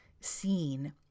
seen